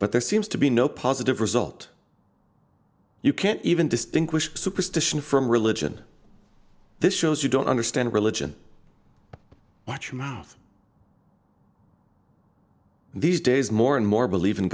but there seems to be no positive result you can't even distinguish superstition from religion this shows you don't understand religion much mouth these days more and more believe in